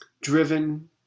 driven